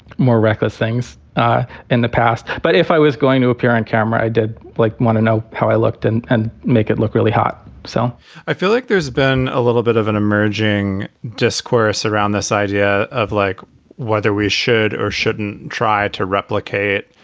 more reckless things in the past. but if i was going to appear on camera, i did like want to know how i looked and and make it look really hot so i feel like there's been a little bit of an emerging discourse around this idea of like whether we should or shouldn't try to replicate,